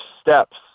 steps